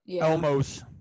Elmo's